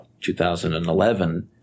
2011